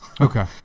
Okay